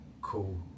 Cool